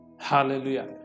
Hallelujah